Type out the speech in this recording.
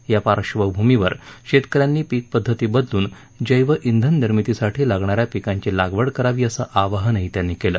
या पाक्षभूमीवर शेतक यांनी पीक पध्दती बदलून जद्दाधिन निर्मितीसाठी लागणा या पिकांची लागवड करावी असं आवाहनही त्यांनी केलं